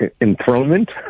enthronement